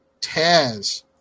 Taz